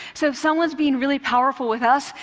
so if someone is being really powerful with us,